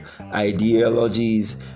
ideologies